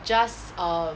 just err